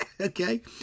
Okay